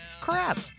crap